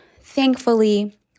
Thankfully